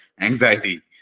anxiety